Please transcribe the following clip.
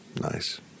Nice